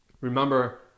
Remember